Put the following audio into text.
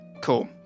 cool